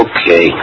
Okay